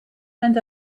and